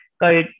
go